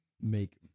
make